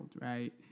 right